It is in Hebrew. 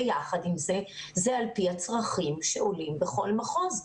יחד עם זאת, זה על פי הצרכים שעולים בכל מחוז.